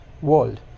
world